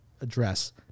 address